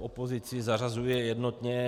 opozici zařazuje jednotně.